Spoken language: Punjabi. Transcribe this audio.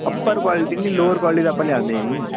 ਅਪਰ ਕੁਆਲਟੀ ਨਹੀਂ ਲੋਅਰ ਕੁਆਲਟੀ ਤਾਂ ਆਪਾਂ ਲੈਂਦੇ ਹੀ ਨਹੀਂ